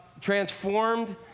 Transformed